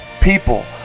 People